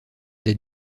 des